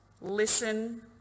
listen